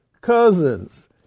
Cousins